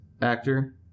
Actor